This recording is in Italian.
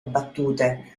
battute